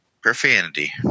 profanity